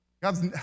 God's